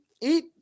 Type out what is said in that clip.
eat